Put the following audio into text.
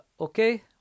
okay